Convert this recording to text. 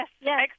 Yes